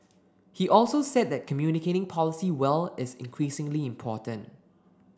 he also said that communicating policy well is increasingly important